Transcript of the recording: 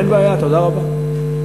אין בעיה, תודה רבה.